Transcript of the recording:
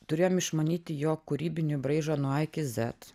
turėjom išmanyti jo kūrybinį braižą nuo a ik zet